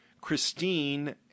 Christine